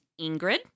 Ingrid